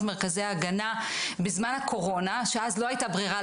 מרכזי ההגנה בזמן הקורונה שאז לא הייתה ברירה,